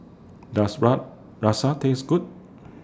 Does rub Taste Good